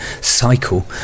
cycle